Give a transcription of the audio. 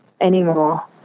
anymore